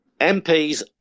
MPs